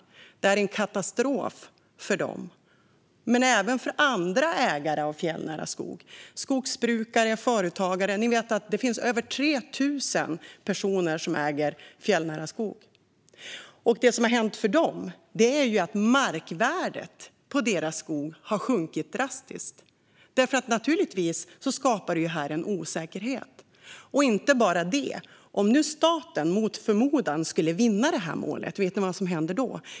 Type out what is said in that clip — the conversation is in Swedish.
Detta är en katastrof för Hanna och Albin men även för andra ägare av fjällnära skog - skogsbrukare och företagare. Det finns över 3 000 personer som äger fjällnära skog. Det som har hänt för dem är att markvärdet på deras skog har sjunkit drastiskt, eftersom detta naturligtvis skapar osäkerhet. Och inte bara det: Om nu staten, mot förmodan, skulle vinna detta mål, vet ni vad som händer då?